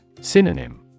Synonym